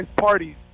parties